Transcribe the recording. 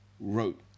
wrote